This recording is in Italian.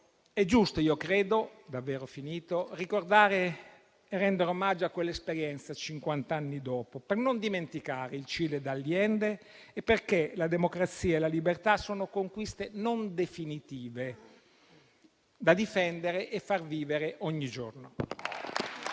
È giusto, io credo, ricordare e rendere omaggio a quell'esperienza, cinquant'anni dopo, per non dimenticare il Cile di Allende e perché la democrazia e la libertà sono conquiste non definitive, da difendere e far vivere ogni giorno.